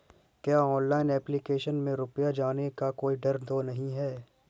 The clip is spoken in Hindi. क्या ऑनलाइन एप्लीकेशन में रुपया जाने का कोई डर तो नही है?